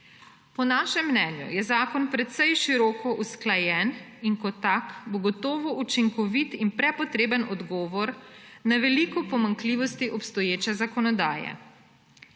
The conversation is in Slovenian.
Po našem mnenju je zakon precej široko usklajen in kot tak bo gotovo učinkovit in prepotreben odgovor na veliko pomanjkljivosti obstoječe zakonodaje.